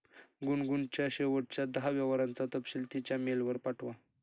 गुनगुनच्या शेवटच्या दहा व्यवहारांचा तपशील तिच्या मेलवर पाठवा